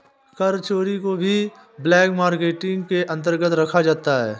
कर चोरी को भी ब्लैक मार्केटिंग के अंतर्गत रखा जाता है